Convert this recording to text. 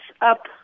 up